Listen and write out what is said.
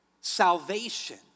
Salvation